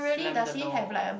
slam the door